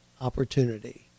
opportunity